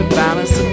balance